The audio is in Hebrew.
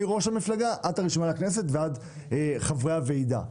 - מראש המפלגה, עד הרשימה לכנסת וחברי הוועידה.